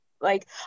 like-